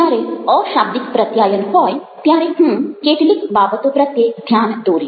જ્યારે અશાબ્દિક પ્રત્યાયન હોય ત્યારે હું કેટલીક બાબતો પ્રત્યે ધ્યાન દોરીશ